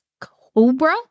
Cobra